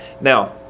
Now